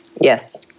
Yes